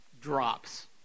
drops